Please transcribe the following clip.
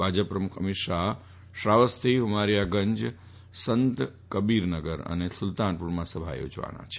ભાજપ પ્રમુખ અમીત શાહ શ્રાવસ્તી દુમારિયાગંજ સંત કબીરનગર અને સુલતાનપુરમાં સભા યોજવાના છે